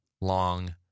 long